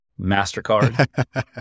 MasterCard